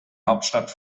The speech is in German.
hauptstadt